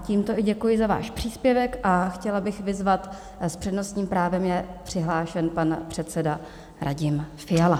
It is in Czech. Tímto i děkuji za váš příspěvek a chtěla bych vyzvat s přednostním právem je přihlášen pan předseda Radim Fiala.